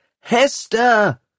Hester